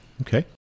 Okay